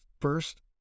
first